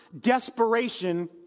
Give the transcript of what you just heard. desperation